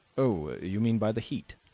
oh, you mean by the heat?